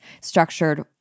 structured